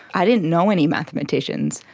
i didn't know any mathematicians.